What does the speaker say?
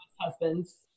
husband's